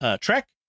Trek